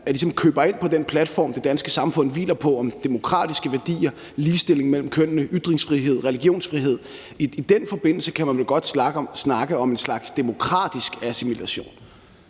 køber ind på den platform, det danske samfund hviler på, med demokratiske værdier, ligestilling mellem kønnene, ytringsfrihed, religionsfrihed. I den forbindelse kan man vel godt snakke om en slags demokratisk assimilation.